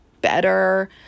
better